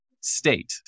state